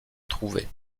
trouvés